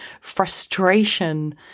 frustration